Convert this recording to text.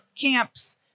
camps